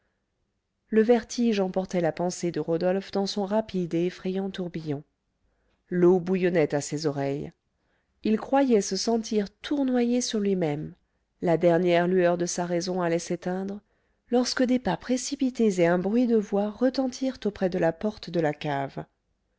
le vertige emportait la pensée de rodolphe dans son rapide et effrayant tourbillon l'eau bouillonnait à ses oreilles il croyait se sentir tournoyer sur lui-même la dernière lueur de sa raison allait s'éteindre lorsque des pas précipités et un bruit de voix retentirent auprès de la porte de la cave